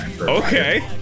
Okay